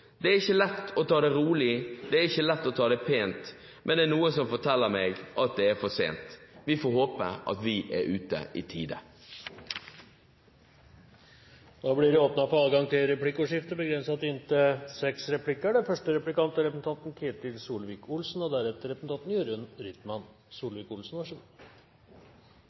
dystre antakelser ikke blir virkelig, heller ikke for resten av Europa, for blir det verre i resten av Europa, blir det verre for oss også: «Jeg har prøvd å ta det rolig Jeg har prøvd å ta det pent Men det er noe som forteller meg at det er for sent» Vi får håpe at vi er ute i tide. Det blir åpnet for replikkordskifte.